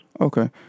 Okay